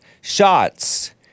shots